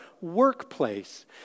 workplace